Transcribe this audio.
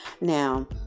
Now